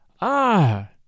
Ah